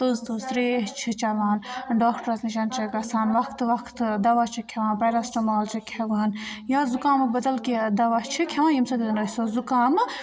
تٔژ تٔژ تریش چھِ چٮ۪وان ڈاکٹرَس نِشَن چھِ گَژھان وَقتہٕ وَقتہٕ دَوا چھِ کھٮ۪وان پٮ۪رَسٹَمال چھِ کھٮ۪وان یا زُکامُک بدل کیٚنٛہہ دَوا چھِ کھٮ۪وان ییٚمہِ سۭتۍ أسۍ سۄ زُکامہٕ